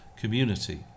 community